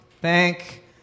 thank